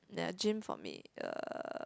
ya gym for me ya